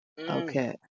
Okay